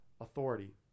authority